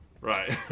Right